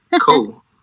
Cool